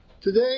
Today